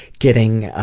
getting,